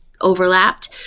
overlapped